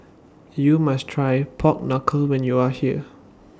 YOU must Try Pork Knuckle when YOU Are here